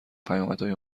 پیامدهای